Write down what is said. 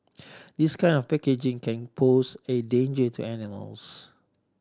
this kind of packaging can pose a danger to animals